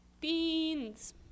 Beans